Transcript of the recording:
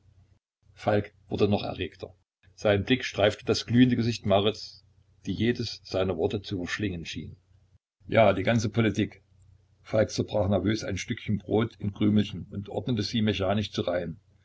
falk wurde noch erregter sein blick streifte das glühende gesicht marits die jedes seiner worte zu verschlingen schien ja die ganze politik falk zerbrach nervös ein stückchen brot in krümelchen und ordnete sie mechanisch zu reihen